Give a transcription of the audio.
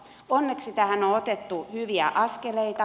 onneksi tässä on otettu hyviä askeleita